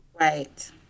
Right